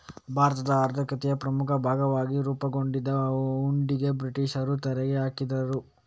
ಭಾರತದ ಆರ್ಥಿಕತೆಯ ಪ್ರಮುಖ ಭಾಗವಾಗಿ ರೂಪುಗೊಂಡಿದ್ದ ಹುಂಡಿಗೂ ಬ್ರಿಟೀಷರು ತೆರಿಗೆ ಹಾಕಿದ್ರು